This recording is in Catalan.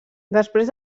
després